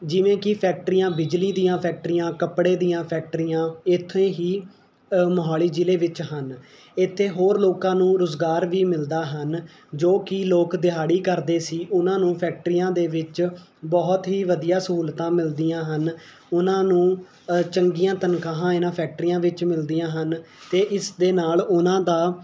ਜਿਵੇਂ ਕਿ ਫੈਕਟਰੀਆਂ ਬਿਜਲੀ ਦੀਆਂ ਫੈਕਟਰੀਆਂ ਕੱਪੜੇ ਦੀਆਂ ਫੈਕਟਰੀਆਂ ਇੱਥੇ ਹੀ ਮੋਹਾਲੀ ਜ਼ਿਲ੍ਹੇ ਵਿੱਚ ਹਨ ਇੱਥੇ ਹੋਰ ਲੋਕਾਂ ਨੂੰ ਰੁਜ਼ਗਾਰ ਵੀ ਮਿਲਦਾ ਹਨ ਜੋ ਕਿ ਲੋਕ ਦਿਹਾੜੀ ਕਰਦੇ ਸੀ ਉਹਨਾਂ ਨੂੰ ਫੈਕਟਰੀਆਂ ਦੇ ਵਿੱਚ ਬਹੁਤ ਹੀ ਵਧੀਆ ਸਹੂਲਤਾਂ ਮਿਲਦੀਆਂ ਹਨ ਉਹਨਾਂ ਨੂੰ ਚੰਗੀਆਂ ਤਨਖ਼ਾਹਾਂ ਇਹਨਾਂ ਫੈਕਟਰੀਆਂ ਵਿੱਚ ਮਿਲਦੀਆਂ ਹਨ ਅਤੇ ਇਸ ਦੇ ਨਾਲ਼ ਉਹਨਾਂ ਦਾ